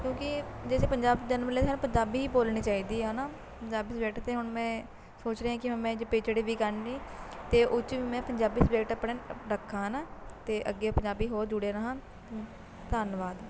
ਕਿਉਂਕਿ ਜੇ ਅਸੀਂ ਪੰਜਾਬ 'ਚ ਜਨਮ ਲਿਆ ਤਾਂ ਸਾਨੂੰ ਪੰਜਾਬੀ ਹੀ ਬੋਲਣੀ ਚਾਹੀਦੀ ਆ ਹੈ ਨਾ ਪੰਜਾਬੀ ਸਬਜੈਕਟ ਅਤੇ ਹੁਣ ਮੈਂ ਸੋਚ ਰਿਹਾ ਕਿ ਹੁਣ ਮੈਂ ਜੇ ਪੀ ਐੱਚ ਡੀ ਵੀ ਕਰਨੀ ਤਾਂ ਉਹ 'ਚ ਮੈਂ ਪੰਜਾਬੀ ਸਬਜੈਕਟ ਆਪਣਾ ਰੱਖਾਂ ਹੈ ਨਾ ਅਤੇ ਅੱਗੇ ਪੰਜਾਬੀ ਹੋਰ ਜੁੜਿਆ ਰਹਾਂ ਧੰਨਵਾਦ